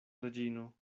reĝino